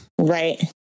Right